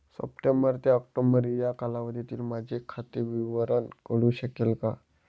September ते October या कालावधीतील माझे खाते विवरण कळू शकेल का?